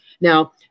Now